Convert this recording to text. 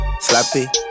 Slappy